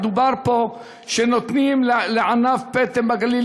מדובר פה שנותנים לענף הפטם בגליל,